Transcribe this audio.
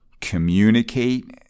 communicate